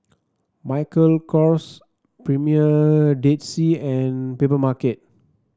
Michael Kors Premier Dead Sea and Papermarket